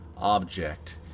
object